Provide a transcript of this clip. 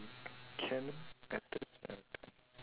academic matters all the time